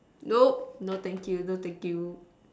nope no thank you no thank you